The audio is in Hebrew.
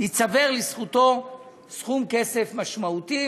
ייצבר לזכותו סכום כסף משמעותי,